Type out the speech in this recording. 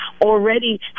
Already